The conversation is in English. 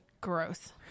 Gross